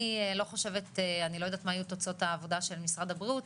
אני לא יודעת מה יהיו תוצאות העבודה של משרד הבריאות,